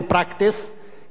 in practice,